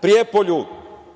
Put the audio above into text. Prijepolju